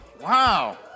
Wow